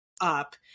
up